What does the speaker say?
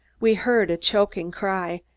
we heard a choking cry,